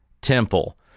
temple